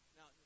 Now